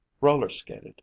roller-skated